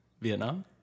Vietnam